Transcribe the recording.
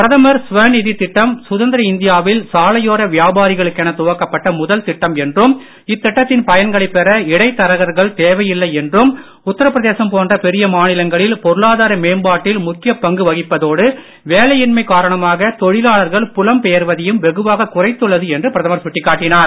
பிரதமர் ஸ்வனிதி திட்டம் சுதந்திர இந்தியாவில் சாலையோர வியாபாரிகளுக்கென துவக்கப்பட்ட முதல் திட்டம் என்றும் இத்திட்டத்தின் பயன்களை பெற இடைத் தரகர்கள் தேவையில்லை என்றும் உத்திரப்பிரதேசம் போன்ற பெரிய மாநிலங்களில் பொருளாதார மேம்பாட்டில் முக்கிய பங்கு வகிப்பதோடு வேலையின்மை காரணமாக தொழிலாளர்கள் புலம் பெயர்வதையும் வெகுவாக குறைத்துள்ளது என்று பிரதமர் சுட்டிக்காட்டினார்